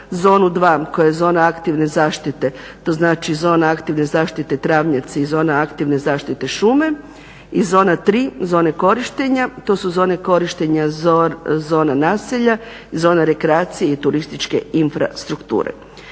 zona 2 koja je zona aktivne zaštite, to znači zona aktivne zaštite travnjaci i zona zona aktivne zaštite šume. I zona 3, zone korištenja, to su zone korištenja zona naselja, zona rekreacije i turističke infrastrukture.